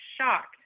shocked